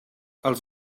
els